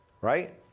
right